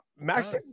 Max